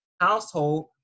household